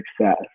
success